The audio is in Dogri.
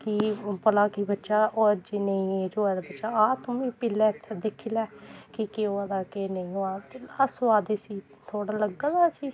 कि भला कि बच्चा ओह् अजें नेईं जे होऐ ते आ तूं बी पी लै इत्थै दिक्खी लै कि केह् होआ दा केह् नेईं होआ दा किन्ना सोआद इस्सी कौड़ा लग्गा दा इस्सी